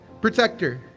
protector